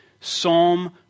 Psalm